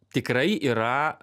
tikrai yra